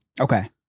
okay